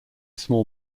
small